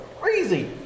crazy